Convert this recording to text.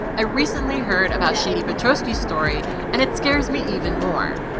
i recently heard about shadi petosky's story and that scares me even more.